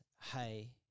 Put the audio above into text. hey